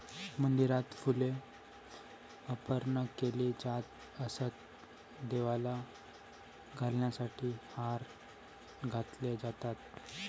मंदिरात फुले अर्पण केली जात असत, देवाला घालण्यासाठी हार घातले जातात